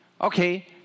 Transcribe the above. Okay